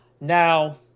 Now